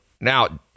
Now